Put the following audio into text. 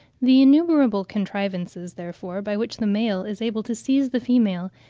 the innumerable contrivances, therefore, by which the male is able to seize the female,